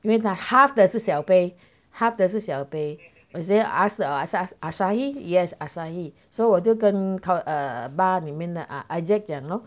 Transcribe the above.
因为他 half 的是小杯 half 的是小杯我就 ask asahi yes asahi so 我就跟 cou~ err bar 里面的 err isaac 讲 lor